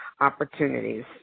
opportunities